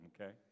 Okay